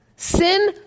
Sin